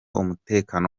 umutekano